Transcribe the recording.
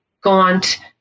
gaunt